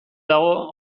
dago